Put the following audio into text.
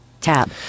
Tab